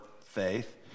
faith